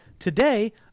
Today